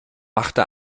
machte